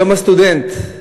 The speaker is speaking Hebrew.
יום הסטודנט.